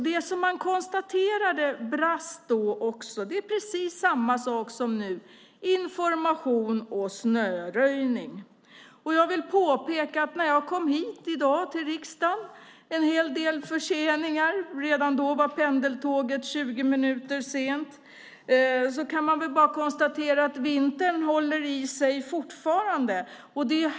Det man då konstaterade brast är precis samma saker som nu, information och snöröjning. Jag var en hel del försenad när jag kom till riksdagen i dag. Pendeltåget var 20 minuter sent. Vintern håller alltså i sig fortfarande.